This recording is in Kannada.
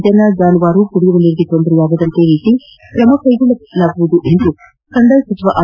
ಜನ ಜಾನುವಾರುಗಳ ಕುಡಿಯುವ ನೀರಿಗೆ ತೊಂದರೆಯಾಗದ ರೀತಿ ಕ್ರಮ ಕ್ಲೆಗೊಳ್ಳಲಾಗುವುದು ಎಂದು ಕಂದಾಯ ಸಚಿವ ಆರ್